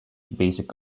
basic